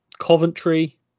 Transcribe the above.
Coventry